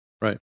Right